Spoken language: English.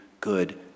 good